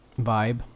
vibe